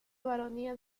baronía